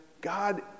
God